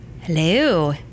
hello